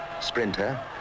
sprinter